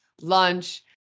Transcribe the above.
lunch